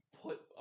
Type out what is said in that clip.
put